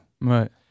Right